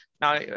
Now